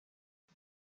jag